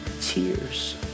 tears